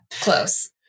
close